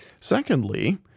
Secondly